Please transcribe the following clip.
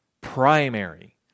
primary